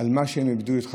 לזה שהם איבדו את חייהם?